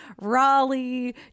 Raleigh